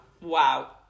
wow